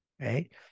right